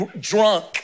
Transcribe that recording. drunk